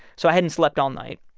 so i hadn't slept all night.